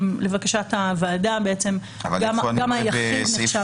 לבקשת הוועדה, גם היחיד נחשב